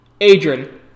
Adrian